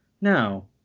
Now